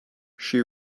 she